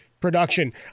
production